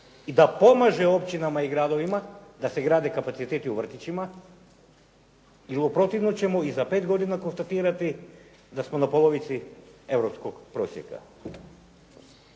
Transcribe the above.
i da pomaže općinama i gradovima da se grade kapaciteti u vrtićima jer u protivnom ćemo i za pet godina konstatirati da smo na polovici europskog prosjeka.